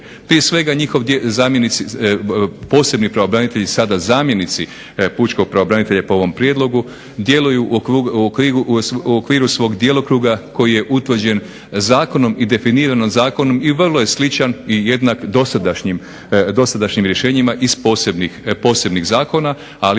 Prije svega posebni pravobranitelji sada zamjenici pučkog pravobranitelja po ovom prijedlogu djeluju u okviru svog djelokruga koji je utvrđen zakonom i definiran zakonom i vrlo je sličan i jednak dosadašnjim rješenjima iz posebnih zakona. Ali,